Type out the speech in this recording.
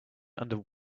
under